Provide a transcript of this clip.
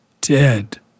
dead